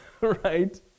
right